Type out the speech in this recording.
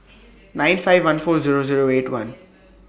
nine five one four Zero Zero eight one